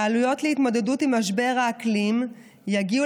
העלויות של ההתמודדות עם משבר האקלים יגיעו